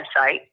website